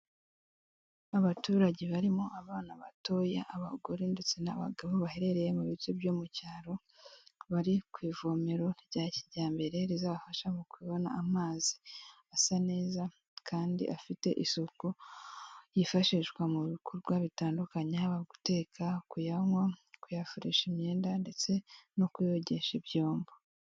Abaturage barimo abana batoya, abagore ndetse n'abagabo, baherereye mu bice byo mu cyaro bari ku ivomero rya kijyambere, rizabafasha mu kubona amazi asa neza kandi afite isuku, yifashishwa mu bikorwa bitandukanye haba guteka, kuyanywa, kuyafurisha imyenda, ndetse no kuyogesha ibyombo.